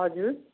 हजुर